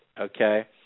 okay